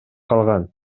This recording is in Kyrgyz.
калган